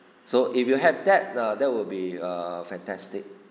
so if you have that err there will be a fantastic